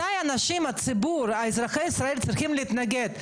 מתי ציבור אזרחי ישראל צריכים להתנגד,